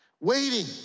Waiting